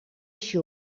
així